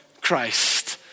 Christ